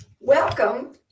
Welcome